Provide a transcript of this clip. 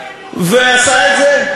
כלשהו ועשה את זה?